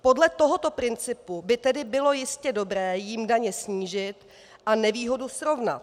Podle tohoto principu by tedy bylo jistě dobré jim daně snížit a nevýhodu srovnat.